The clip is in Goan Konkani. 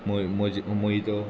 मो मोजी मोहितो ओके